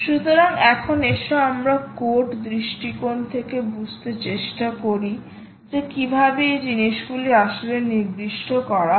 সুতরাং এখন আসো আমরা কোড দৃষ্টিকোণ থেকে বুঝতে চেষ্টা করি যে কীভাবে এই জিনিসগুলি আসলে নির্দিষ্ট করা হয়